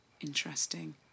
Interesting